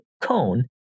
cone